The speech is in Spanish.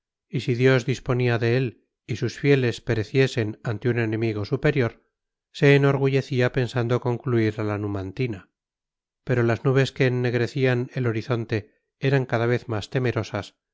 y si dios disponía que él y sus fieles pereciesen ante un enemigo superior se enorgullecía pensando concluir a la numantina pero las nubes que ennegrecían el horizonte eran cada vez más temerosas